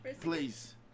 Please